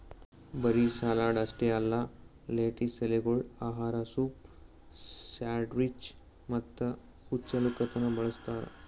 ಬರೀ ಸಲಾಡ್ ಅಷ್ಟೆ ಅಲ್ಲಾ ಲೆಟಿಸ್ ಎಲೆಗೊಳ್ ಆಹಾರ, ಸೂಪ್, ಸ್ಯಾಂಡ್ವಿಚ್ ಮತ್ತ ಹಚ್ಚಲುಕನು ಬಳ್ಸತಾರ್